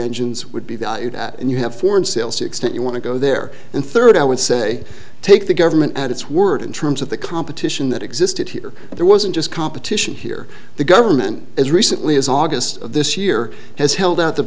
engines would be valued at and you have foreign sales to extent you want to go there and third i would say take the government at its word in terms of the competition that existed here there wasn't just competition here the government as recently as august of this year has held out the